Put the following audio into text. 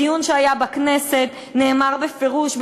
בדיון שהיה בכנסת נאמר בפירוש,